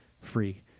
free